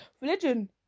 religion